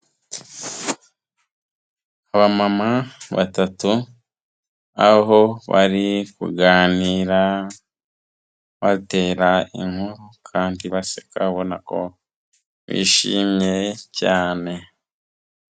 Abamama batatu, aho bari kuganira, batera inkuru kandi baseka abona ko bishimye cyane.